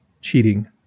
cheating